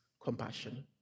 compassion